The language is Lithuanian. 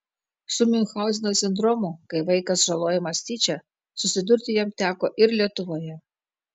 su miunchauzeno sindromu kai vaikas žalojamas tyčia susidurti jam teko ir lietuvoje